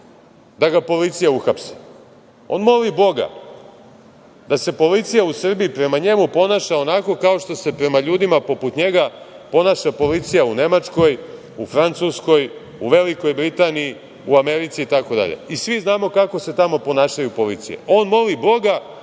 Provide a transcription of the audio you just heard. da ga policija uhapsi. On moli Boga da se policija u Srbiji prema njemu ponaša onako kao što se prema ljudima poput njega ponaša policija u Nemačkoj, u Francuskoj, u Velikoj Britaniji, u Americi itd. I svi znamo kako se tamo ponaša policija. On moli Boga